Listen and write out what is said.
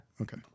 Okay